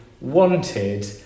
wanted